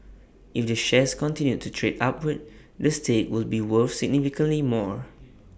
if the shares continue to trade upward the stake will be worth significantly more